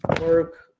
work